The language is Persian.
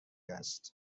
است